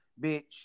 bitch